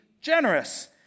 generous